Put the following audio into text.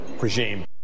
regime